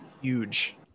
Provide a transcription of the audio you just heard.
Huge